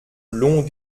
long